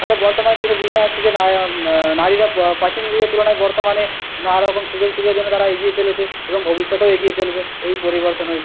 তাহলে বর্তমান যুগে বোঝা যাচ্ছে যে নারীরা প্রাচীন যুগের তুলনায় বর্তমানে নানারকম সুযোগ সুবিধার জন্য তারা এগিয়ে চলেছে এবং ভবিষ্যতেও এগিয়ে চলবে এই পরিবর্তন হয়েছে